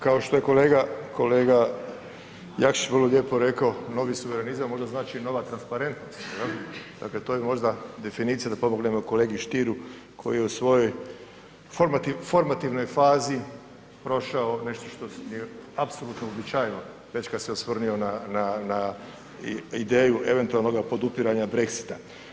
Kao što je kolega Jakšić vrlo lijepo rekao novi suverenizam možda znači nova transparentnost, dakle to je možda definicija da pomognemo kolegi Stieru koji u svojoj formativnoj fazi prošao nešto što je apsolutno uobičajeno već kada se osvrnuo na ideju eventualnoga podupiranja Brexita.